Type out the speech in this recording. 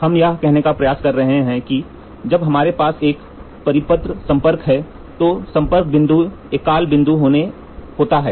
हम यह कहने का प्रयास कर रहे हैं कि जब हमारे पास एक परिपत्र संपर्क है तो संपर्क बिंदु एकल बिंदु होता है